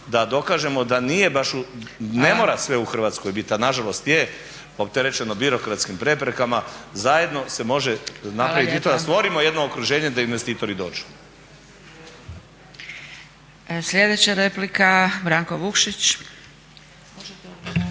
da dokažemo da nije baš, ne mora sve u Hrvatskoj bit a nažalost je opterećeno birokratskim preprekama. Zajedno se može napravit i to da stvorimo jedno okruženje da investitori dođu. **Zgrebec, Dragica (SDP)**